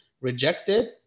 rejected